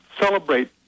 celebrate